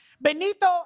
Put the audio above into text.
Benito